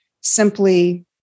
simply